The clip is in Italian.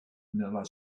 nella